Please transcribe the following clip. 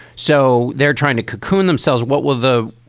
so they're trying to cocoon themselves. what will the.